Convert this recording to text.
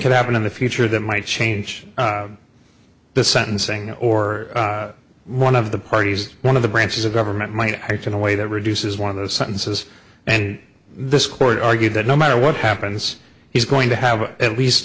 could happen in the future that might change the sentencing or one of the parties one of the branches of government might act in a way that reduces one of the sentences and this court argued that no matter what happens he's going to have at least